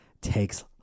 takes